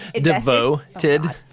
Devoted